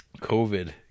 COVID